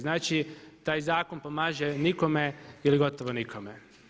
Znači taj zakon pomaže nikome ili gotovo nikome.